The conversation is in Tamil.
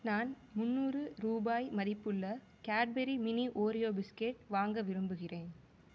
நான் முந்நூறு ரூபாய் மதிப்புள்ள கேட்பரி மினி ஓரியோ பிஸ்கட் வாங்க விரும்புகிறேன்